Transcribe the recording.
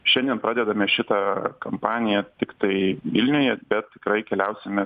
šiandien pradedame šitą kampaniją tiktai vilniuje bet tikrai keliausime